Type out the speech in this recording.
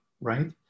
Right